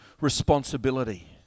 responsibility